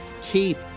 keep